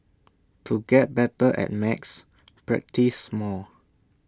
to get better at maths practise more